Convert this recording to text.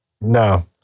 No